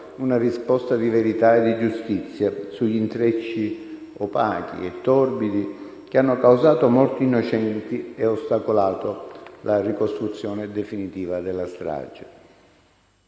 una risposta di verità e di giustizia sugli intrecci opachi e torbidi che hanno causato morti innocenti e ostacolato la ricostruzione definitiva della strage.